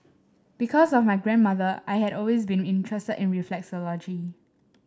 because of my grandmother I had always been interested in reflexology